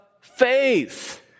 faith